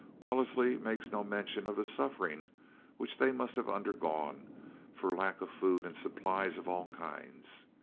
wellesley makes no mention of the sufferings which they must have undergone from lack of food and supplies of all kinds.